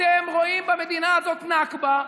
אתם רואים במדינה הזאת נכבה,